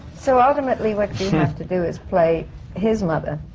so ultimately, what you have to do is play his mother,